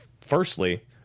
firstly